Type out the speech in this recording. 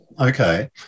Okay